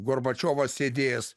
gorbačiovas sėdės